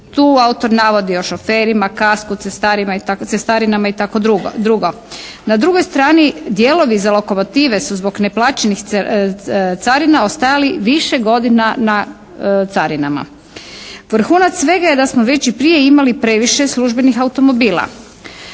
Tu autor navodi o šoferima, kasko cestarinama i tako drugo. Na drugoj strani dijelovi za lokomotive su zbog neplaćenih carina ostajali više godina na carinama. Vrhunac svega je da smo već i prije imali previše službenih automobila.